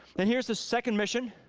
then here's the second mission,